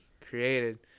created